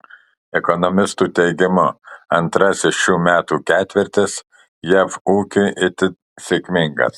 ekonomistų teigimu antrasis šių metų ketvirtis jav ūkiui itin sėkmingas